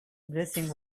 blessing